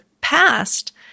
past